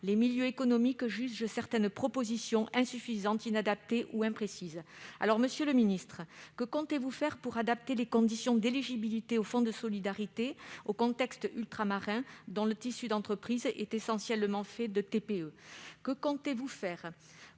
les milieux économiques jugent certaines propositions insuffisantes, inadaptées ou imprécises. Monsieur le secrétaire d'État, que comptez-vous faire pour adapter les conditions d'éligibilité au fonds de solidarité au contexte ultramarin, dont le tissu d'entreprises est essentiellement fait de très petites entreprises